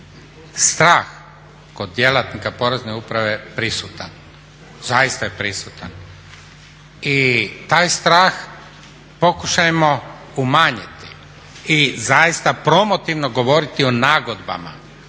strah kod djelatnika Porezne uprave prisutan, zaista je prisutan i taj strah pokušajmo umanjiti i zaista promotivno govoriti o nagodbama